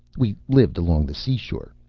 we lived along the sea-shore.